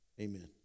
Amen